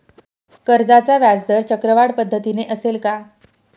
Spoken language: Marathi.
कर्जाचा व्याजदर चक्रवाढ पद्धतीने असेल का?